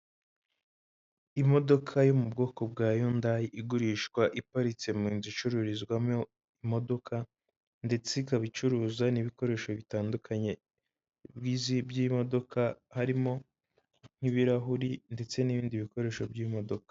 Imodoka yo mu bwoko bwa yundayi igurishwa iparitse mu nzu icururizwamo imodoka ndetse ikaba icuruza n'ibikoresho bitandukanye bizi by'imodoka harimo nk'ibirahuri ndetse n'ibindi bikoresho by'imodoka.